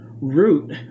root